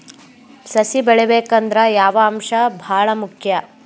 ಸಸಿ ಬೆಳಿಬೇಕಂದ್ರ ಯಾವ ಅಂಶ ಭಾಳ ಮುಖ್ಯ?